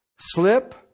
Slip